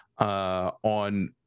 on